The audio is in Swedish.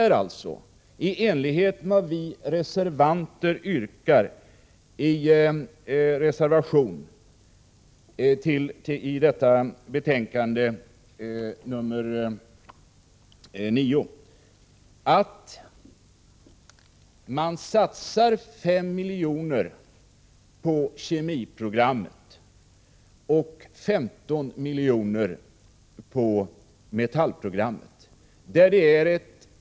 ÖEF:s förslag innebär, i enlighet med vad vi reservanter yrkar i reservation till försvarsutskottets betänkande 9, att man satsar ytterligare 5 milj.kr. på kemiprogrammet och 15 milj.kr. på metallprogrammet och minskar beklädnadsprogrammet med motsvarande belopp.